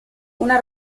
una